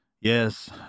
Yes